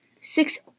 six